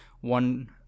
one